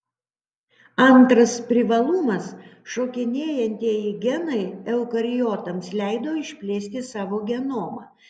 antras privalumas šokinėjantieji genai eukariotams leido išplėsti savo genomą